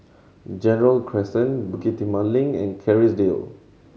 Gerald Crescent Bukit Timah Link and Kerrisdale